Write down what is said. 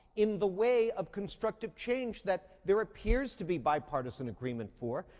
in the way of constructive change that there appears to be bipartisan agreement for.